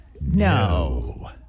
No